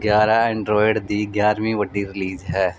ਗਿਆਰ੍ਹਾਂ ਐਂਡਰੋਇਡ ਦੀ ਗਿਆਰ੍ਹਵੀਂ ਵੱਡੀ ਰਿਲੀਜ਼ ਹੈ